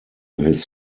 his